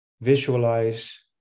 Visualize